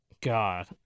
God